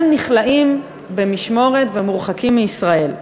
הם נכלאים במשמורת ומורחקים מישראל.